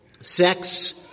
sex